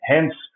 Hence